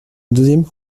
deuxième